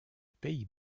pays